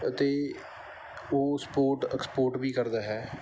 ਅਤੇ ਉਹ support export ਵੀ ਕਰਦਾ ਹੈ